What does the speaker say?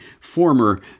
former